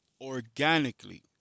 organically